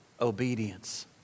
Obedience